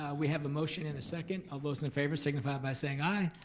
we have a motion and a second. all those in favor signify by saying aye.